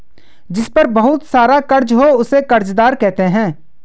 जिस पर बहुत सारा कर्ज हो उसे कर्जदार कहते हैं